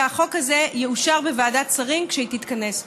שהחוק הזה יאושר בוועדת שרים כשהיא תתכנס.